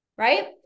Right